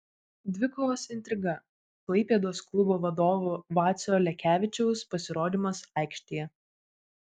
dvikovos intriga klaipėdos klubo vadovo vacio lekevičiaus pasirodymas aikštėje